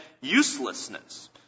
uselessness